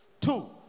Two